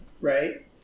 Right